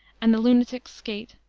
and the lunatic's skate,